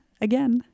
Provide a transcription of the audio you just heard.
again